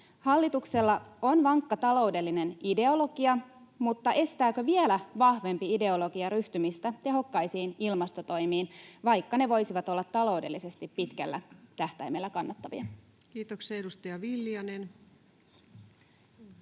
hallituksella on vankka taloudellinen ideologia, mutta estääkö vielä vahvempi ideologia ryhtymistä tehokkaisiin ilmastotoimiin, vaikka ne voisivat olla taloudellisesti pitkällä tähtäimellä kannattavia? [Speech 270] Speaker: